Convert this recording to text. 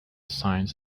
signs